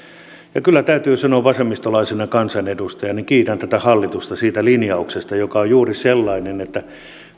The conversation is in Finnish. kyllä täytyy sanoa vasemmistolaisena kansanedustajana että kiitän tätä hallitusta linjauksesta joka on juuri sellainen että